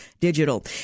Digital